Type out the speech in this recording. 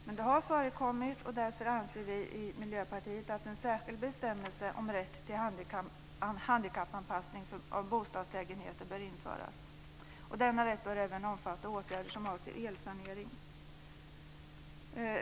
Men det har förekommit, och därför anser vi i Miljöpartiet att en särskild bestämmelse om rätt till handikappanpassning av bostadslägenheter bör införas. Denna rätt bör även omfatta åtgärder som avser elsanering.